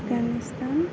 Afghanistan